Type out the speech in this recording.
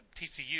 TCU